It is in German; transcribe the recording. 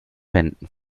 wänden